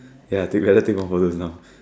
ya developing more photos now